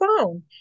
phone